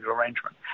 arrangement